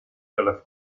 della